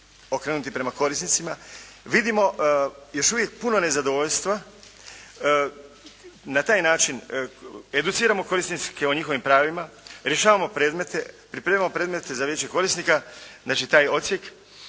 okrenuti prema korisnicima vidimo još uvijek puno nezadovoljstva, na taj način educiramo korisnike o njihovim pravima, rješavamo predmete, pripremamo predmete za Vijeće korisnika, znači taj odsjek.